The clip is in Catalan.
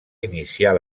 iniciar